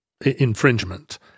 infringement